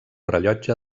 rellotge